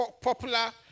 popular